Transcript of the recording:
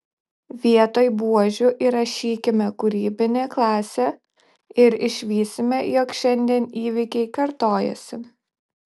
vietoj buožių įrašykime kūrybinė klasė ir išvysime jog šiandien įvykiai kartojasi